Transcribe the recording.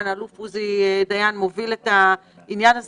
אלוף עוזי דיין מוביל את העניין הזה